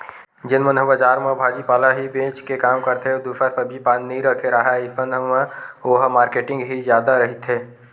जेन मन ह बजार म भाजी पाला ही बेंच के काम करथे अउ दूसर सब्जी पान नइ रखे राहय अइसन म ओहा मारकेटिंग ही जादा रहिथे